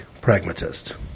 pragmatist